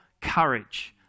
courage